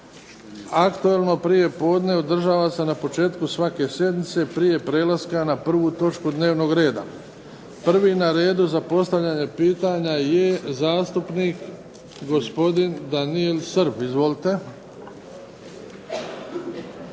Aktualno prijepodne održava se na početku svake sjednice prije prelaska na 1. točku dnevnog reda. Prvi na redu za postavljanje pitanja je zastupnik gospodin Daniel Srb. Izvolite.